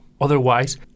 Otherwise